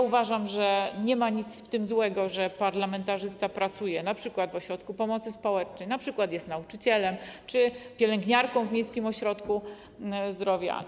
Uważam, że nie ma w tym nic złego, że parlamentarzysta pracuje np. w ośrodku pomocy społecznej albo jest nauczycielem czy pielęgniarką w miejskim ośrodku zdrowia.